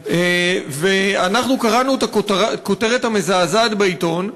ואנחנו קראנו את הכותרת המזעזעת בעיתון,